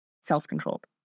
self-controlled